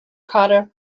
cotta